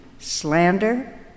Slander